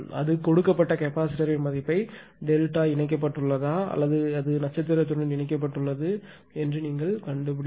அது கொடுக்கப்பட்ட கெப்பாசிட்டர் இன் மதிப்பை டெல்டா இணைக்கப்பட்டுள்ளதா அல்லது அது நட்சத்திரத்துடன் இணைக்கப்பட்டுள்ளது நீங்கள் கண்டுபிடிக்கிறார்கள்